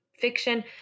fiction